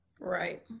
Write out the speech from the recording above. Right